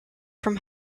from